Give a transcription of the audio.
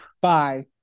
Bye